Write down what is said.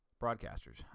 broadcasters